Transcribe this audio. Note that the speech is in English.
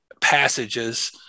passages